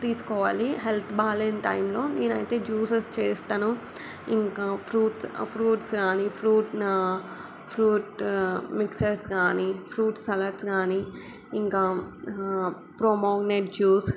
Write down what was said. తీసుకోవాలి హెల్త్ బాగాలేని టైంలో నేనైతే జ్యూసెస్ చేస్తాను ఇంకా ఫ్రూట్ ఫ్రూట్స్ కానీ ఫ్రూట్స్ నా ఫ్రూట్ మిక్సర్స్ కానీ ఫ్రూట్ సలాడ్స్ గానీ ఇంకా ప్రోమోగ్నేట్ జ్యూస్